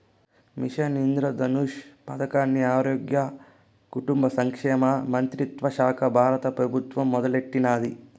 machine Indradhanush పదకాన్ని ఆరోగ్య, కుటుంబ సంక్షేమ మంత్రిత్వశాక బారత పెబుత్వం మొదలెట్టినాది